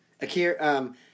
Akira